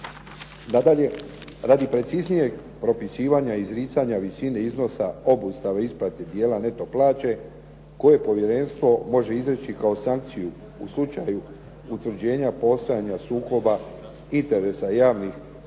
Nadalje, radi preciznijeg propisivanja izricanja visine iznosa obustave isplate dijela neto plaće, koje povjerenstvo može izreći kao sankciju u slučaju utvrđenja postojanja sukoba interesa javnih